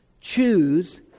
Choose